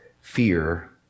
fear